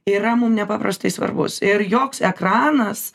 yra mum nepaprastai svarbus ir joks ekranas